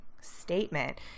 statement